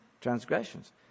transgressions